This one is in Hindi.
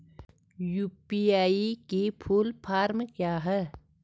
यु.पी.आई की फुल फॉर्म क्या है?